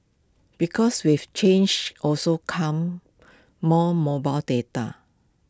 because with change also comes more mobile data